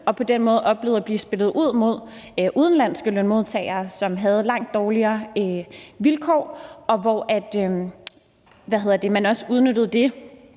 på den måde at blive spillet ud mod udenlandske lønmodtagere, som havde langt dårligere vilkår, og hvor man også udnyttede,